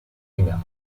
finale